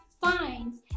finds